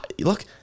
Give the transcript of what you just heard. look